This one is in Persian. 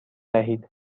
دهید